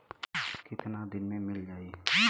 कितना दिन में मील जाई?